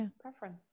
preference